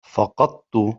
فقدت